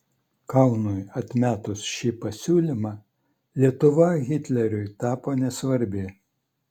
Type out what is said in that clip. kaunui atmetus šį pasiūlymą lietuva hitleriui tapo nesvarbi